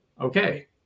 okay